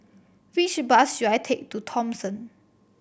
which bus should I take to Thomson